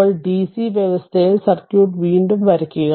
ഇപ്പോൾ ഡിസി വ്യവസ്ഥയിൽ സർക്യൂട്ട് വീണ്ടും വരയ്ക്കുക